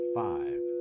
five